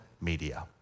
media